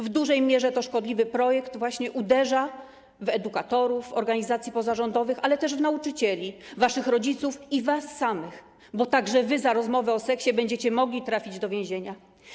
W dużej mierze to szkodliwy projekt, uderza właśnie w edukatorów organizacji pozarządowych, ale też w nauczycieli, waszych rodziców i was samych, bo także wy za rozmowy o seksie będziecie mogli trafić do więzienia.